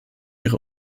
ihre